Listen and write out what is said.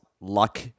luck